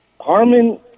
Harmon